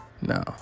No